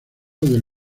del